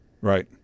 right